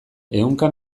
ehunka